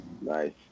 Nice